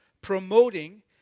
promoting